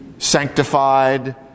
Sanctified